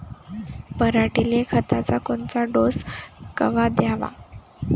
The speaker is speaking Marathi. पऱ्हाटीले खताचा कोनचा डोस कवा द्याव?